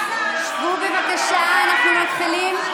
שבו, בבקשה, אנחנו מתחילים.